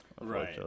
right